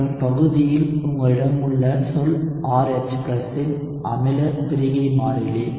மற்றும் பகுதியில் உங்களிடம் உள்ள சொல் RH இன் அமில பிரிகை மாறிலி